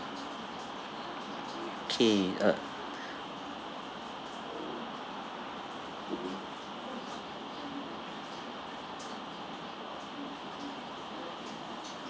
okay uh